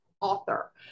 author